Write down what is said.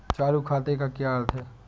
चालू खाते का क्या अर्थ है?